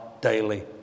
daily